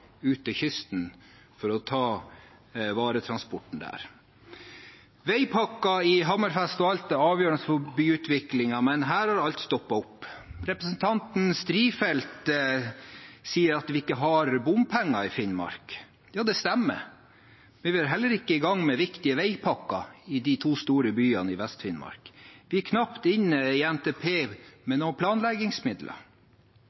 ut til kysten for å ta varetransporten der. Veipakken i Hammerfest og Alta er avgjørende for byutviklingen, men her har alt stoppet opp. Representanten Strifeldt sa at vi ikke har bompenger i Finnmark. Det stemmer, for vi er heller ikke i gang med viktige veipakker i de to store byene i Vest-Finnmark. Vi er knapt inne i NTP